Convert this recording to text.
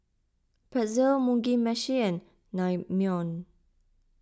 Pretzel Mugi Meshi and Naengmyeon